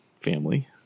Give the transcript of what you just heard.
family